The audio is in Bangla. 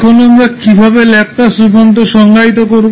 এখন আমরা কীভাবে ল্যাপলাস রূপান্তর সংজ্ঞায়িত করব